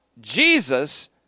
Jesus